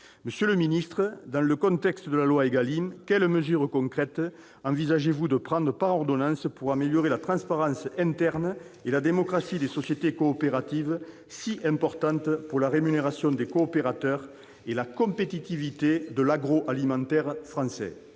Monsieur le ministre, dans le contexte de la loi ÉGALIM, quelles mesures concrètes envisagez-vous de prendre par ordonnance pour améliorer la transparence interne et la démocratie des sociétés coopératives si importantes pour la rémunération des coopérateurs et la compétitivité de l'agroalimentaire français ?